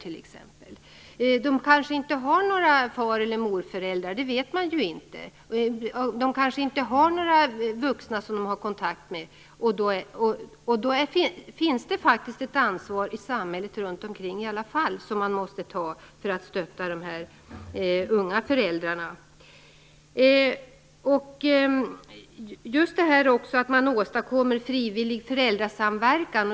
De har kanske inte några far eller morföräldrar. Det vet man ju inte. De har kanske inte kontakt med några vuxna. Då finns det faktiskt ett ansvar i samhället runt omkring som vi måste ta för att stötta dessa unga föräldrar. Det handlar om att åstadkomma frivillig föräldrasamverkan.